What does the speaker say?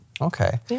Okay